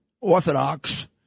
orthodox